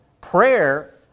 Prayer